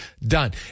done